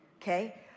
Okay